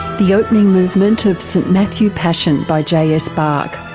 the opening movement of st matthew passion by js bach.